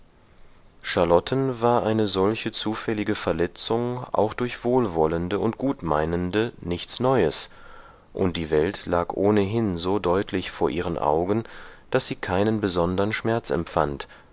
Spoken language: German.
charlotten war eine solche zufällige verletzung auch durch wohlwollende und gutmeinende nichts neues und die welt lag ohnehin so deutlich vor ihren augen daß sie keinen besondern schmerz empfand